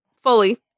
fully